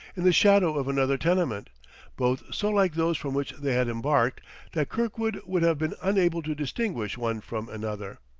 in the shadow of another tenement both so like those from which they had embarked that kirkwood would have been unable to distinguish one from another.